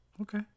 Okay